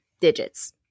digits